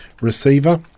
receiver